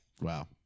Wow